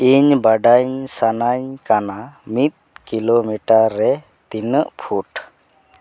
ᱤᱧ ᱵᱟᱰᱟᱧ ᱥᱟᱱᱟᱧ ᱠᱟᱱᱟ ᱢᱤᱫ ᱠᱤᱞᱳᱢᱤᱴᱟᱨ ᱨᱮ ᱛᱤᱱᱟᱹᱜ ᱯᱷᱩᱴ